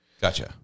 Gotcha